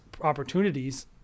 opportunities